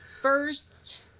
first